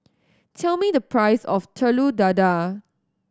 tell me the price of Telur Dadah